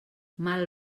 mal